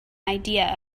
idea